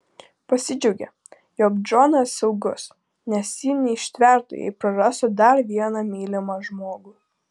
pasidžiaugė jog džonas saugus nes ji neištvertų jei prarastų dar vieną mylimą žmogų